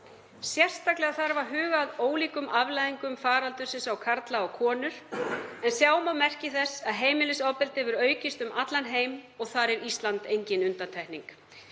Sérstaklega þarf að huga að ólíkum afleiðingum faraldursins á karla og konur en sjá má merki þess að heimilisofbeldi hefur aukist um allan heim og þar er Ísland engin undantekning.